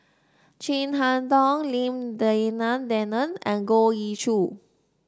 Chin Harn Tong Lim Denan Denon and Goh Ee Choo